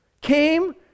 came